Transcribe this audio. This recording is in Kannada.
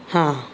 ಹಾಂ